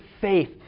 faith